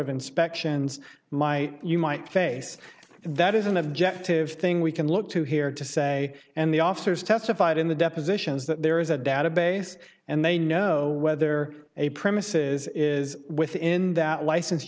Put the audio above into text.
of inspections might you might face that isn't of genitive thing we can look to here to say and the officers testified in the depositions that there is a database and they know whether a premises is within that license